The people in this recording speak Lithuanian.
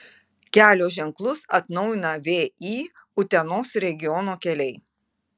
kelio ženklus atnaujina vį utenos regiono keliai